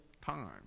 time